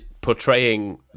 portraying